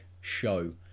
show